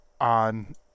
on